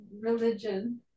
religion